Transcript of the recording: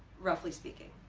roughly speaking.